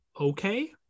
okay